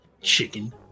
chicken